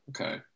Okay